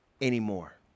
anymore